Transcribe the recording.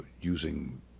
using